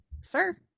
sir